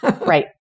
Right